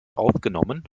aufgenommen